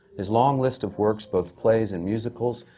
his long list of works, both plays and musicals,